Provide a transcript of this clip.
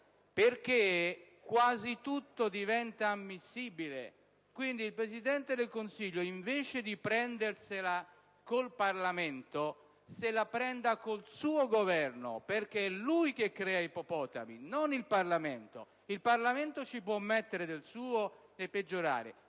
perché quasi tutto diventa ammissibile; quindi il Presidente del Consiglio, invece di prendersela con il Parlamento, se la prenda con il suo Governo, perché è lui che crea ippopotami, non il Parlamento. Il Parlamento ci può mettere del suo e peggiorare,